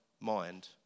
mind